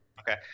Okay